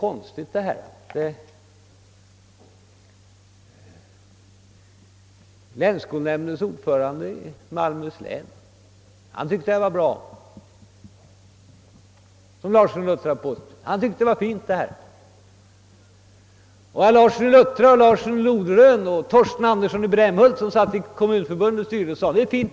Ordföranden i länsskolnämnden i Malmöhus län, ansåg ju — som herr Larsson i Luttra påpekade — att detta var ett fint förslag, och herr Larsson i Luttra, herr Larsson i Norderön och herr Torsten Andersson i Brämhult sade i Kommunförbundets styrelse samma sak.